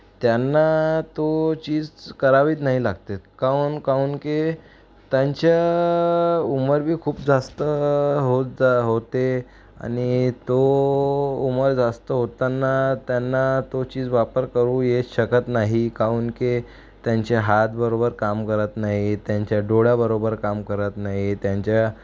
त्यांना तो चीज करावीच नाही लागते काउन काउन की त्यांचं उमर भी खूप जास्त होत जा होते आणि तो उमर जास्त होताना त्यांना तो चीज वापर करू ये शकत नाही काउन की त्यांचे हात बरोबर काम करत नाही त्यांच्या डोळा बरोबर काम करत नाही त्यांच्या